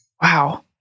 Wow